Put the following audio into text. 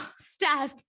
step